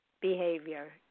behavior